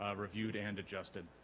ah reviewed and adjusted